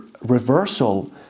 reversal